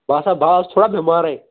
بہٕ ہسا بہٕ اوسُس تھوڑا بیٚمارے